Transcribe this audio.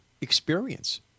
experience